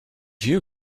you